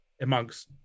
amongst